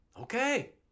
Okay